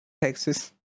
Texas